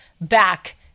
back